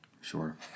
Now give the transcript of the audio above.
Sure